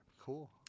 Cool